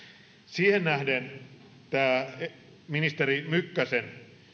siihen nähden ministeri mykkäsen